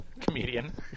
Comedian